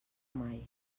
mai